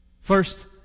First